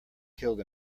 killed